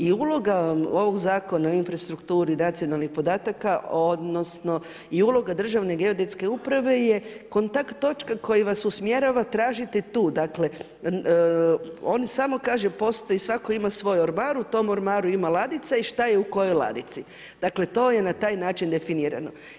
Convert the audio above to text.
I uloga ovog zakona o infrastrukturi nacionalnih podataka i uloga Državne geodetske uprave je kontakt točka koja vas usmjerava tražite tu, dakle on samo kaže postoji, svako ima svoj ormar u tom ormaru ima ladica i šta je u kojoj ladici, dakle to je na taj način definirano.